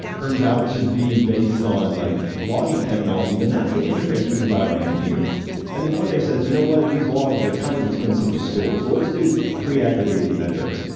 turns out to be based on like logging technology, then that's the interface we provide our engineers and then one day says, you know what? these logs, they're kind of expensive to store. so let's do pre aggregated metrics.